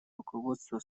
руководства